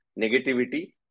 negativity